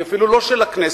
היא אפילו לא של הכנסת,